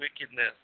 wickedness